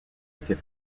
était